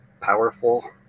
powerful